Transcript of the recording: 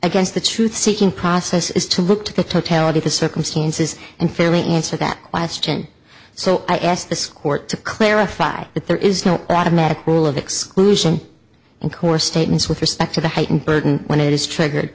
against the truth seeking process is to look to the totality of the circumstances and fairly answer that question so i ask this court to clarify that there is no automatic rule of exclusion in core statements with respect to the heightened burden when it is triggered